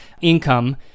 income